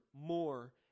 more